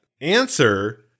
answer